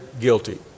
guilty